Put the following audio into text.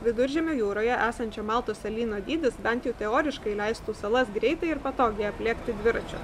viduržemio jūroje esančio maltos salyno dydis bent jau teoriškai leistų salas greitai ir patogiai aplėkti dviračiu